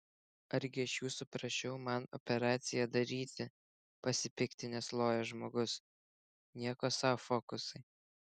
argi aš jūsų prašiau man operaciją daryti pasipiktinęs lojo žmogus nieko sau fokusai